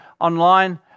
online